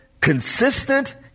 consistent